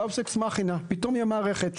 פתאום תהיה מערכת.